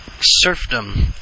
serfdom